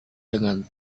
dengan